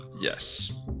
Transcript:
yes